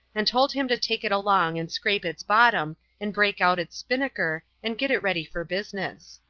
and told him to take it along and scrape its bottom and break out its spinnaker and get it ready for business.